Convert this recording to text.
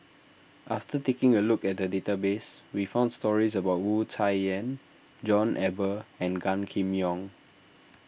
after taking a look at the database we found stories about Wu Tsai Yen John Eber and Gan Kim Yong